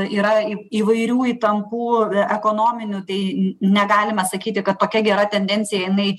yra į įvairių įtampų ekonominių tai negalime sakyti kad tokia gera tendencija jinai